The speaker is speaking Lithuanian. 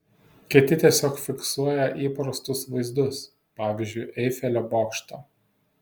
kiti tiesiog fiksuoja įprastus vaizdus pavyzdžiui eifelio bokštą